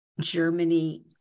Germany